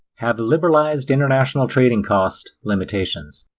have liberalized international trading cost limitations.